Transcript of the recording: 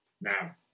Now